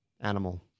animal